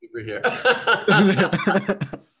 superhero